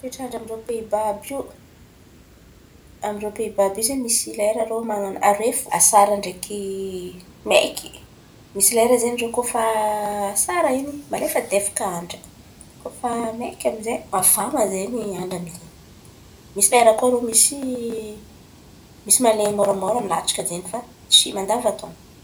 Toetrandra amin-drô Pey Ba àby io, amin-drô Pey Ba àby iô ze, misy lera rô man̈ana aroe fo: asara ndraiky maiky. Misy lera zen̈y rô koa fa asara in̈y malefadefaka andra. Koa fa maiky amy zay, mafana ze andra amy zin̈y. Misy lera koa irô misy, misy malen̈y môramôra latsaka zen̈y fa tsy mandava-taon̈o.